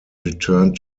returned